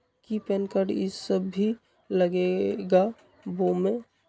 कि PAN card इ सब भी लगेगा वो में?